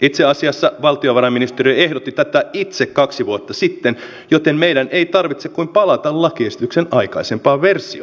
itse asiassa valtiovarainministeriö ehdotti tätä itse kaksi vuotta sitten joten meidän ei tarvitse kuin palata lakiesityksen aikaisempaan versioon